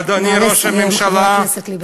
אדוני ראש הממשלה, נא לסיים, חבר הכנסת ליברמן.